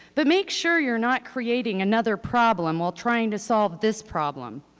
but make sure you're not creating another problem while trying to solve this problem.